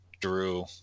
Drew